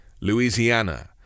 Louisiana